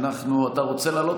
אתה רוצה לעלות?